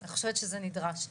אני חושבת שזה נדרש.